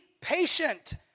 patient